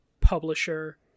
publisher